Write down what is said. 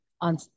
on